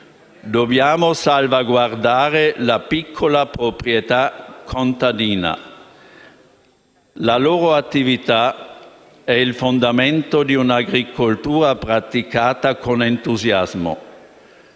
Dobbiamo salvaguardare la piccola proprietà contadina: la loro attività è il fondamento di una agricoltura praticata con entusiasmo.